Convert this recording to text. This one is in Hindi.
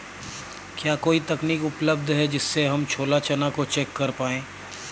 क्या कोई तकनीक उपलब्ध है जिससे हम छोला चना को चेक कर पाए?